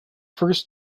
first